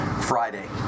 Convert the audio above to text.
Friday